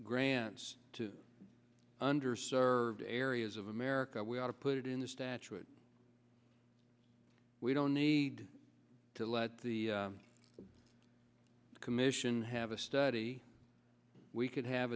grants to under served areas of america we ought to put it in the statute we don't need to let the commission have a study we could have